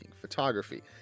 photography